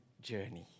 journey